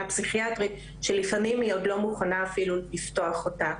פסיכיאטרית שלפעמים היא עוד לא מוכנה אפילו לפתוח אותה,